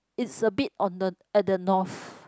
it's a bit on the at the north